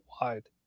wide